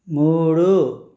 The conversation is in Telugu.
మూడు